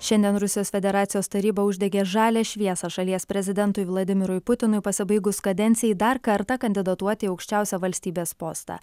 šiandien rusijos federacijos taryba uždegė žalią šviesą šalies prezidentui vladimirui putinui pasibaigus kadencijai dar kartą kandidatuoti į aukščiausią valstybės postą